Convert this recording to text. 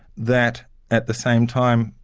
that at the same time,